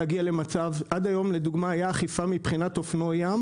עד היום לדוגמה הייתה אכיפה מבחינת אופנועי ים